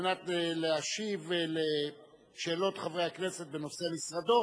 מנת להשיב על שאלות חברי הכנסת בנושאי משרדו,